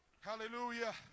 Hallelujah